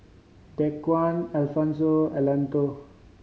Dequan Alfonse Antone